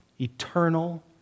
Eternal